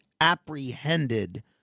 apprehended